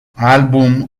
album